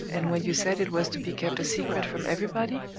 and when you said it was to be kept a secret from everybody